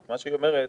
היא אומרת